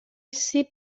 سیب